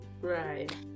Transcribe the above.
Right